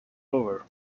over